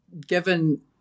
given